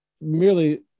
merely